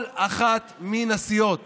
כל אחת מן הסיעות